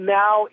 now